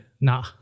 Nah